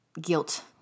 guilt